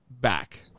back